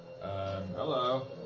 Hello